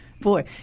Boy